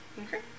Okay